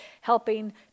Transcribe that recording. helping